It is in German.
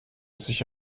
sich